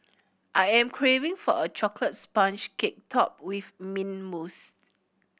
I am craving for a chocolate sponge cake topped with mint mousse